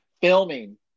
filming